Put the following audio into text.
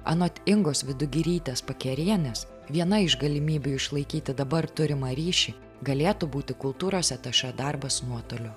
anot ingos vidugirytės pakerienės viena iš galimybių išlaikyti dabar turimą ryšį galėtų būti kultūros atašė darbas nuotoliu